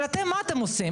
אבל מה אתם עושים?